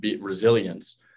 resilience